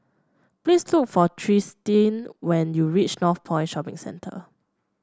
please look for Tristin when you reach Northpoint Shopping Centre